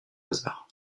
hasard